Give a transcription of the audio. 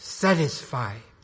satisfied